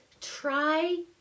try